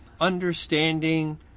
understanding